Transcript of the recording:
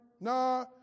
nah